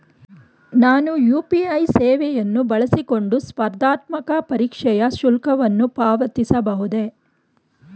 ನಾನು ಯು.ಪಿ.ಐ ಸೇವೆಯನ್ನು ಬಳಸಿಕೊಂಡು ಸ್ಪರ್ಧಾತ್ಮಕ ಪರೀಕ್ಷೆಯ ಶುಲ್ಕವನ್ನು ಪಾವತಿಸಬಹುದೇ?